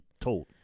told